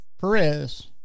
Perez